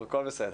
הכול בסדר.